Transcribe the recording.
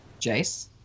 Jace